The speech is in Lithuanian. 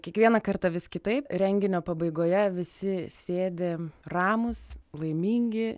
kiekvieną kartą vis kitaip renginio pabaigoje visi sėdi ramūs laimingi